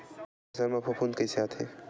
फसल मा फफूंद कइसे आथे?